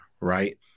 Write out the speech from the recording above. right